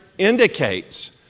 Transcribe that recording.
indicates